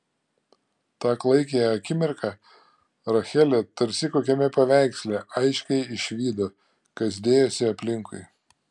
tą klaikią akimirką rachelė tarsi kokiame paveiksle aiškiai išvydo kas dėjosi aplinkui